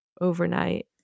overnight